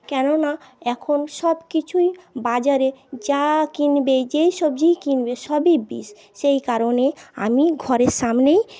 কেননা এখন সবকিছুই বাজারে যা কিনবে যে সবজিই কিনবে সবই বিষ সেই কারণে আমি ঘরের সামনেই